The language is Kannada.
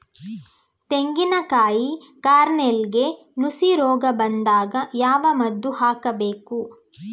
ತೆಂಗಿನ ಕಾಯಿ ಕಾರ್ನೆಲ್ಗೆ ನುಸಿ ರೋಗ ಬಂದಾಗ ಯಾವ ಮದ್ದು ಹಾಕಬೇಕು?